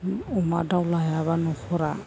अमा दाउ लायाबा न'खरा